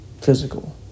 physical